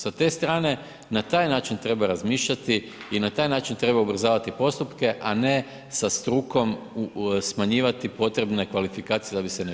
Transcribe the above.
Sa te strane, na taj način treba razmišljati i na taj način treba ubrzavati postupke, a ne sa strukom smanjivati potrebne kvalifikacije da bi se nešto radilo.